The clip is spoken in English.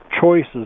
choices